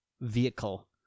vehicle